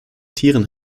tieren